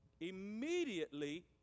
immediately